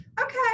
okay